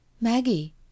Maggie